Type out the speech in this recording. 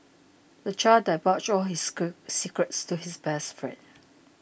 the child divulged all his secrets to his best friend